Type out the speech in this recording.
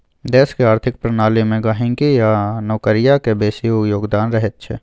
देशक आर्थिक प्रणाली मे गहिंकी आ नौकरियाक बेसी योगदान रहैत छै